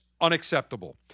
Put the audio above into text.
unacceptable